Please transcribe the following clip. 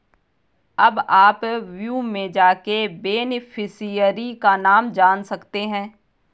अब आप व्यू में जाके बेनिफिशियरी का नाम जान सकते है